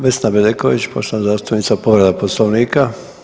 Vesna Bedeković, poštovana zastupnica, povreda Poslovnika.